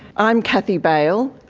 i'm kathy bail,